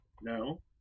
No